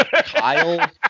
Kyle